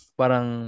parang